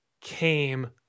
came